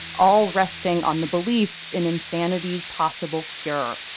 all resting on the belief in insanity's possible cure